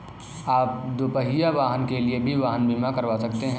आप दुपहिया वाहन के लिए भी वाहन बीमा करवा सकते हैं